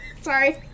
Sorry